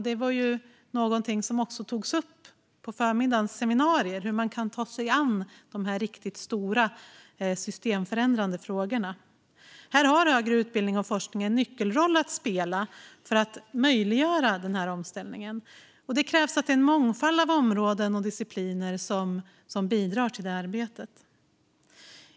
Det var någonting som också togs upp på förmiddagens seminarier: Hur kan man ta sig an de riktigt stora systemförändrande frågorna? Här har högre utbildning och forskning en nyckelroll att spela för att möjliggöra omställningen. Det krävs att det är en mångfald av områden och discipliner som bidrar till arbetet.